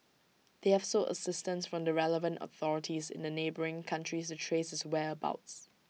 they have sought assistance from the relevant authorities in the neighbouring countries to trace his whereabouts